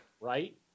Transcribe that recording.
right